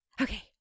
Okay